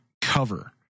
cover